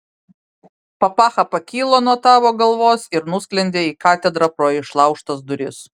papacha pakilo nuo tavo galvos ir nusklendė į katedrą pro išlaužtas duris